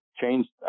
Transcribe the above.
changed